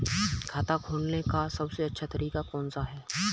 खाता खोलने का सबसे अच्छा तरीका कौन सा है?